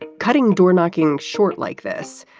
and cutting doorknocking short like this.